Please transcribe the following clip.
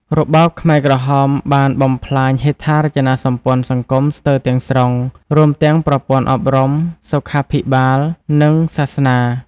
របបខ្មែរក្រហមបានបំផ្លាញហេដ្ឋារចនាសម្ព័ន្ធសង្គមស្ទើរទាំងស្រុង រួមទាំងប្រព័ន្ធអប់រំ សុខាភិបាល និងសាសនា។